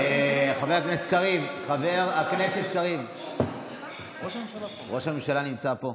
חבר הכנסת קריב, ראש הממשלה נמצא פה.